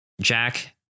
Jack